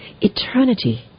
Eternity